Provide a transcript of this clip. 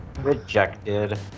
Rejected